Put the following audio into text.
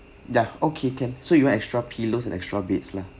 ya okay can so you want extra pillows and extra beds lah